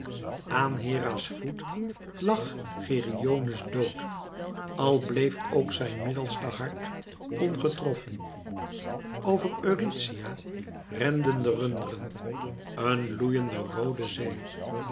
aan hera's voet lag geryones dood al bleef ook zijn middelste hart ongetroffen over eurythia renden de runderen een loeiende roode zee